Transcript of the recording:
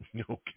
Okay